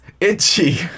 itchy